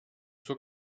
zur